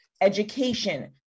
education